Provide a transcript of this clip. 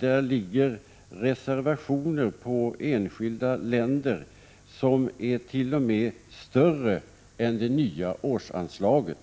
det finns reservationer för enskilda länder som t.o.m. är större än resp. årsanslag.